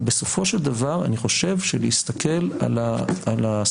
אבל בסופו של דבר אני חושב שלהסתכל על הסיטואציה,